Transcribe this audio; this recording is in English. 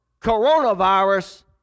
coronavirus